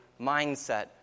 mindset